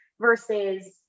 versus